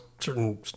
certain